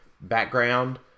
background